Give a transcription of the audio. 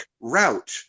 route